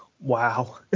wow